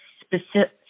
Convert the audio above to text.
specific